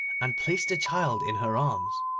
and placed the child in her arms,